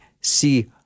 see